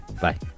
Bye